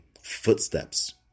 footsteps